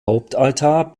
hauptaltar